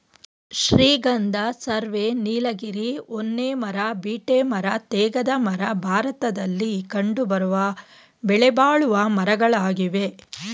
ಶ್ರೀಗಂಧ, ಸರ್ವೆ, ನೀಲಗಿರಿ, ಹೊನ್ನೆ ಮರ, ಬೀಟೆ ಮರ, ತೇಗದ ಮರ ಭಾರತದಲ್ಲಿ ಕಂಡುಬರುವ ಬೆಲೆಬಾಳುವ ಮರಗಳಾಗಿವೆ